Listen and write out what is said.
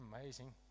amazing